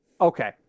Okay